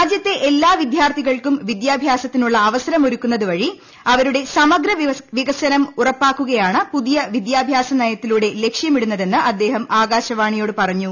രാജ്യത്തെ എല്ലാ വിദ്യാർത്ഥികൾക്കും ജീദ്യാഭ്യാസത്തിനുള്ള അവസരം ഒരുക്കുന്നത് വഴി അവ്മുടെ സമഗ്രവികസനം ഉറപ്പാക്കുകയാണ് പുതിയ വിദ്യാഭ്യാസ നയത്തിലൂടെ ലക്ഷ്യമിടുന്നതെന്ന് അദ്ദേഹം ആകാശവാണിയോട് പറഞ്ഞു